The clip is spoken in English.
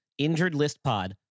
InjuredListPod